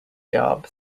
job